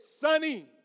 sunny